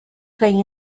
play